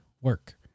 work